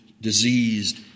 diseased